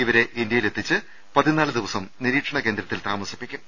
ഇവരെ ഇന്ത്യയിലെത്തിച്ച് പതിനാല് ദിവസം നിരീക്ഷണകേന്ദ്രത്തിൽ താമസിപ്പിക്കും